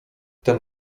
ten